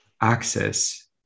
access